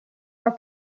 are